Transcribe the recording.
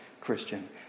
Christian